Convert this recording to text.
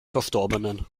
verstorbenen